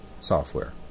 software